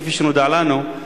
כפי שנודע לנו,